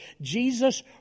Jesus